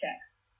checks